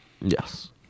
Yes